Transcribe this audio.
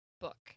book